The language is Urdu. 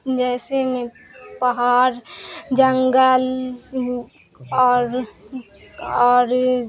جیسے میں پہاڑ جنگل اور اور